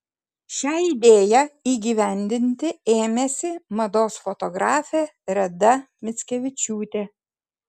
šią idėją įgyvendinti ėmėsi mados fotografė reda mickevičiūtė